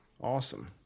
Awesome